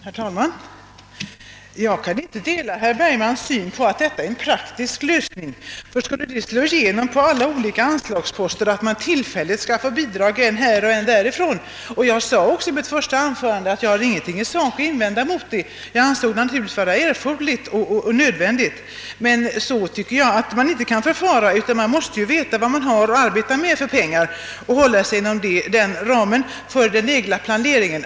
Herr talman! Jag kan inte dela herr Bergmans uppfattning att det skulle vara en praktisk lösning att låta det systemet slå igenom, att bidrag till ett visst ändamål skulle lämnas än från den ena och än från den andra anslagsposten. Jag sade också i mitt första anförande, att jag i sak inte har någonting att invända mot det i detta fall, eftersom jag ansåg det vara erforderligt. Även om jag alltså i detta konkreta fall anser det nödvändigt tycker jag inte att man bör förfara på det sättet generellt; man måste ju veta vilka pengar man har att arbeta med, så att man kan hålla sig inom den ramen för planeringen.